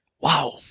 Wow